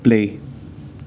play